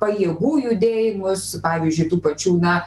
pajėgų judėjimus pavyzdžiui tų pačių na